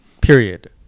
period